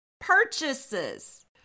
purchases